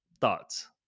thoughts